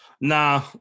Nah